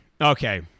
okay